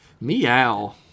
Meow